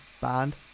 band